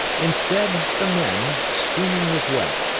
instead, the men, steaming with wet,